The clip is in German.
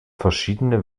verschiedene